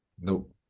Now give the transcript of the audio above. nope